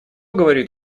говорит